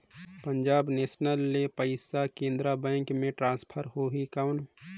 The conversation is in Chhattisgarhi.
पंजाब नेशनल ले पइसा केनेरा बैंक मे ट्रांसफर होहि कौन?